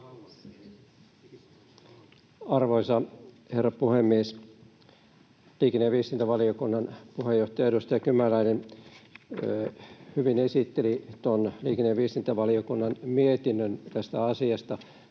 Arvoisa herra puhemies! Liikenne- ja viestintävaliokunnan puheenjohtaja, edustaja Kymäläinen hyvin esitteli liikenne- ja viestintävaliokunnan mietinnön tästä asiasta.